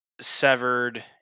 severed